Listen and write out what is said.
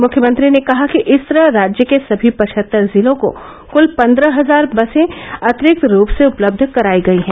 मृख्यमंत्री ने कहा कि इस तरह राज्य के सभी पचहत्तर जिलों को क्ल पंद्रह हजार बसें अतिरिक्त रूप से उपलब्ध कराई गई हैं